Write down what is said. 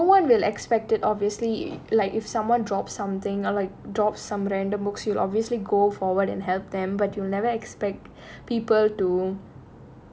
um no one will expected obviously like if someone drop something or like drop some random books you'll obviously go forward and help them but you'll never expect people to